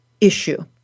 issue